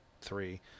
three